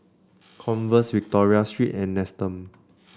Converse Victoria Secret and Nestum